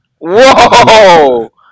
Whoa